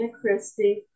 Christie